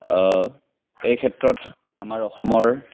এই ক্ষেত্ৰত আমাৰ অসমৰ